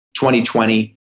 2020